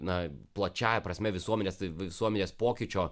na plačiąja prasme visuomenės visuomenės pokyčio